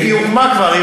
היא הוקמה כבר,